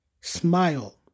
smile